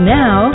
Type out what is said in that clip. now